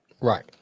Right